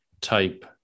type